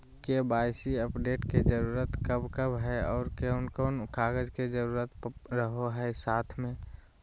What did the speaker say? KYC update के जरूरत कब कब है और कौन कौन कागज के जरूरत रहो है साथ में?